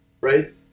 right